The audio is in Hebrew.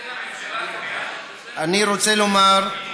לממשלה, אני רוצה לומר,